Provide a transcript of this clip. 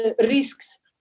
risks